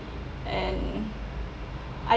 and I